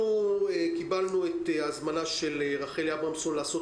קיבלנו את ההזמנה של רחלי אברמסון לעשות